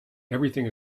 everything